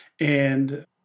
And-